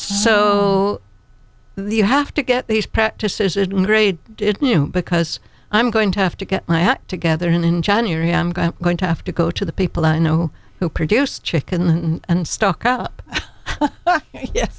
so you have to get these practices a grade because i'm going to have to get my act together in january i'm going to have to go to the people i know who produce chicken and stock up ye